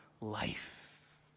life